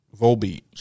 Volbeat